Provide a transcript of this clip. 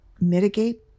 mitigate